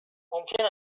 ممکن